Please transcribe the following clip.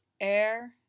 Air